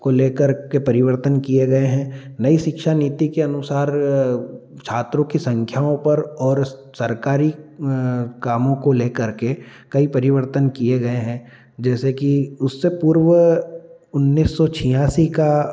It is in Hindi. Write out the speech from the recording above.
को लेकर के परिवर्तन किए गए हैं नई शिक्षा नीति के अनुसार छात्रों की संख्याओं पर और सरकारी कामों को लेकर के कई परिवर्तन किए गए हैं जैसे कि उससे पूर्व उन्नीस सौ छियासी का